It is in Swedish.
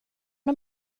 och